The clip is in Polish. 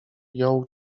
jął